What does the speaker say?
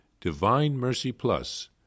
divinemercyplus